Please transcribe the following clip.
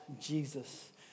Jesus